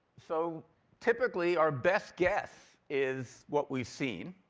so typically our best guess is what we've seen,